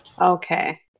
Okay